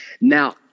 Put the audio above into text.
Now